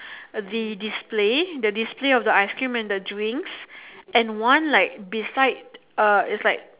the the display the display of the ice cream and the drinks and one like beside a is like